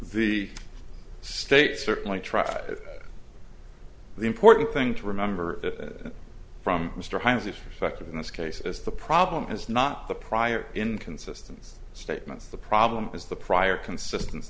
the state certainly tried the important thing to remember that from mr hines effective in this case as the problem is not the prior inconsistent statements the problem is the prior consistent